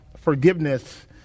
forgiveness